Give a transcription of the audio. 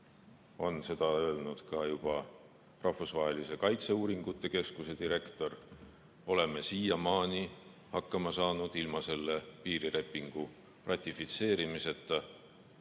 on seda öelnud ka Rahvusvahelise Kaitseuuringute Keskuse direktor. Me oleme siiamaani hakkama saanud ilma selle piirilepingu ratifitseerimiseta